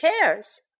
chairs